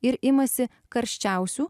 ir imasi karščiausių